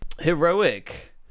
Heroic